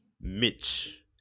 Mitch